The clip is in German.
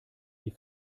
wie